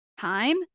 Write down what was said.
time